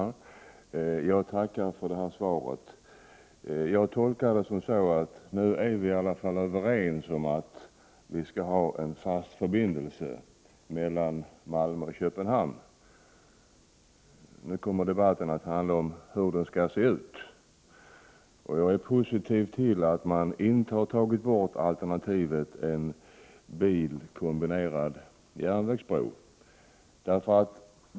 Herr talman! Jag tackar för svaret. Jag tolkar det som så, att vi nu i alla fall är överens om att vi skall ha en fast förbindelse mellan Malmö och Köpenhamn — nu kommer debatten att handla om hur den skall se ut. Jag ser positivt på att man inte har tagit bort alternativet en kombinerad biloch järnvägsbro.